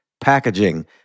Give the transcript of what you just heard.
packaging